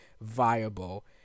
viable